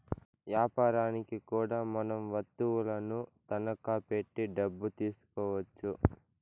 యాపారనికి కూడా మనం వత్తువులను తనఖా పెట్టి డబ్బు తీసుకోవచ్చు